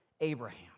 Abraham